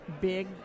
big